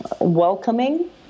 welcoming